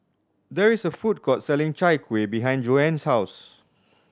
there is a food court selling Chai Kuih behind Joan's house